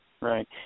Right